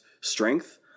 strength